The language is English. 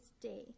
day